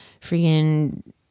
freaking